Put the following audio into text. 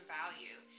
value